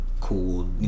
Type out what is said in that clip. cool